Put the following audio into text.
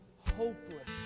Hopeless